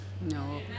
No